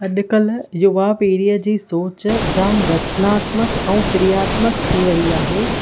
अॼुकल्ह युवा पीढ़ीअ जी सोच जामु रचनात्मक ऐं क्रियात्मक थी वई आहे